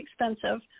expensive